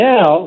Now